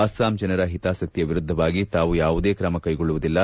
ಅಸ್ಲಾಂ ಜನರ ಹಿತಾಸಕ್ತಿಯ ವಿರುದ್ದವಾಗಿ ತಾವು ಯಾವುದೇ ಕ್ರಮ ಕೈಗೊಳ್ಳುವುದಿಲ್ಲ